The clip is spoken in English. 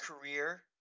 career